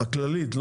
הכללית.